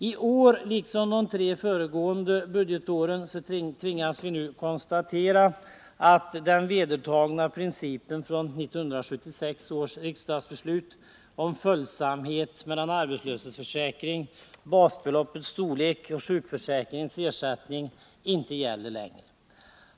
I år, liksom de tre föregående budgetåren, tvingas vi konstatera att den vedertagna principen från 1976 års riksdagsbeslut om följsamhet när det gäller arbetslöshetsförsäkring, basbeloppets storlek och sjukförsäkringens ersättning inte längre gäller.